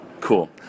Cool